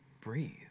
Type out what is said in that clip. breathe